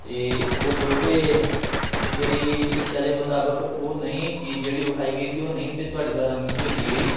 ਅਤੇ ਉਹ ਜੋ ਕਿ ਮੇਰੀ ਇੱਛਾ ਦੇ ਮੁਤਾਬਿਕ ਉਹ ਨਹੀਂ ਚੀਜ਼ ਜਿਹੜੀ ਵਿਖਾਈ ਗਈ ਸੀ ਉਹ ਨਹੀਂ ਤੁਹਾਡੇ ਦੁਆਰਾ ਮੈਨੂੰ ਭੇਜੀ ਗਈ